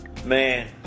man